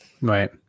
right